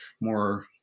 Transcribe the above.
more